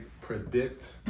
predict